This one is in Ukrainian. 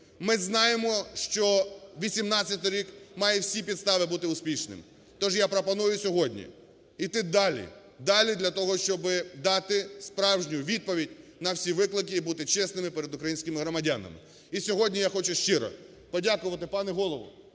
Ми знаємо, що 2018 рік має всі підстави бути успішним. Тож я пропоную сьогодні йти далі, далі для того, щоб дати справжню відповідь на всі виклики і бути чесними перед українськими громадянами. І сьогодні я хочу щиро подякувати, пане Голово,